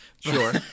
Sure